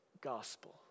gospel